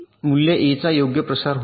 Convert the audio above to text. तर मूल्य ए चा योग्य प्रसार होत आहे